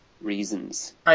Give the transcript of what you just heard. reasons